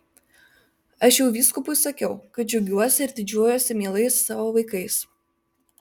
aš jau vyskupui sakiau kad džiaugiuosi ir didžiuojuosi mielais savo vaikais